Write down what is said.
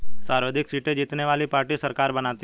सर्वाधिक सीटें जीतने वाली पार्टी सरकार बनाती है